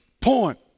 point